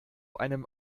einem